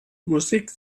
musik